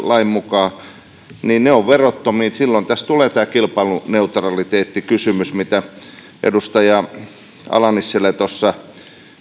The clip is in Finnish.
lain mukaan ovat tulevia taksiautoja ovat verottomia silloin tässä tulee tämä kilpailuneutraliteettikysymys mitä edustaja ala nissilä tuossa